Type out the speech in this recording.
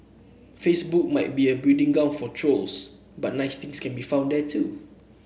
Facebook might be a breeding ground for trolls but nice things can be found there too